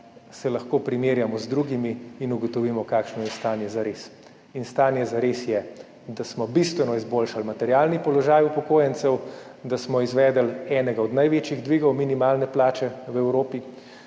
se lahko primerjamo z drugimi in ugotovimo, kakšno je zares stanje. Resnično stanje je, da smo bistveno izboljšali materialni položaj upokojencev, da smo izvedli enega od največjih dvigov minimalne plače v Evropi